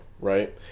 right